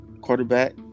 quarterback